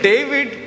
David